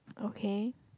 okay